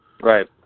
Right